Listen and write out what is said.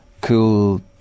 cool